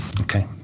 Okay